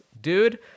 Dude